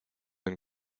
and